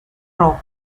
rojo